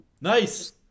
Nice